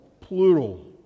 plural